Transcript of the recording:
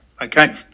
okay